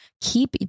keep